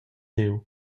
diu